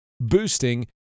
Boosting